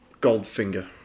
Goldfinger